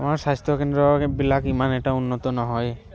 আমাৰ স্বাস্থ্য কেন্দ্ৰবিলাক ইমান এটা উন্নত নহয়